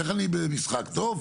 איך אני במשחק טוב?